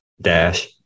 dash